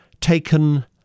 taken